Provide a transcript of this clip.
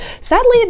Sadly